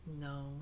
No